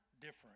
different